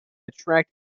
attract